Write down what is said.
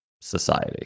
society